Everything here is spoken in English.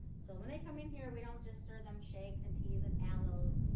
so when they come in here we don't just serve them shakes and teas and aloes,